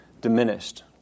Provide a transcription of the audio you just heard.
diminished